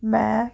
ਮੈਂ